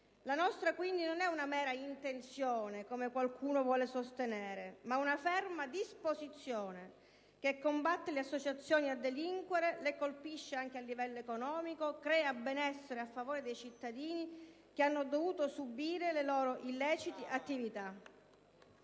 La nostra, quindi, non è una mera intenzione, come qualcuno vuole sostenere, ma una ferma disposizione che combatte le associazioni a delinquere, le colpisce anche a livello economico e crea benessere a favore dei cittadini che hanno dovuto subire le loro illecite attività.